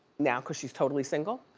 now cause she's totally single,